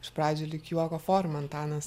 iš pradžių lyg juoko forma antanas